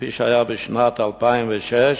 כפי שהיה בשנת 2006,